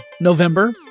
November